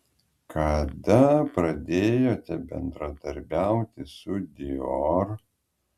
kada pradėjote bendradarbiauti su dior